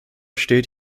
steht